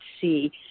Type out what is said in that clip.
see